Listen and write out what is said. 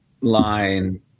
line